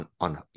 on